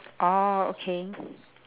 orh okay